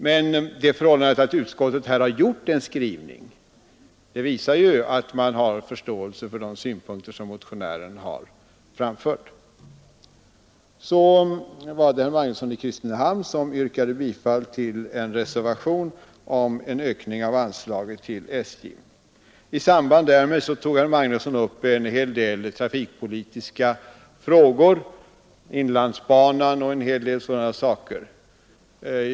Men det förhållandet att utskottet har gjort en skrivning tyder ju på förståelse för de synpunkter som motionären har framfört. Herr Magnusson i Kristinehamn yrkade bifall till en reservation om ökning av anslaget till SJ. I samband därmed tog herr Magnusson upp en hel del trafikpolitiska frågor — Inlandsbanan och sådana saker.